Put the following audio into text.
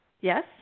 Yes